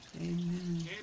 Amen